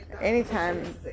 Anytime